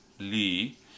lee